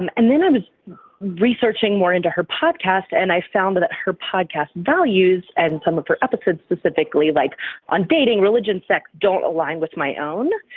um and then i was researching more into her podcast and i found that her podcast values and some of her episodes specifically like on dating, religion, sex, don't align with my own